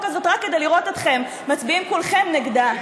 הזאת רק כדי לראות אתכם מצביעים כולכם נגדה,